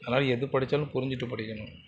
அதனால் எது படித்தாலும் புரிஞ்சிகிட்டு படிக்கணும்